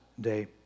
day